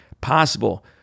possible